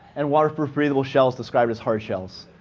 and waterproof breathable shells described as hard shells.